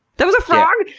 that was a frog!